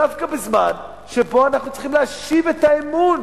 דווקא בזמן שבו אנחנו צריכים להשיב את האמון